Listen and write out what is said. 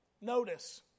Notice